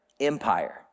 empire